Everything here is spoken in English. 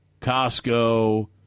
Costco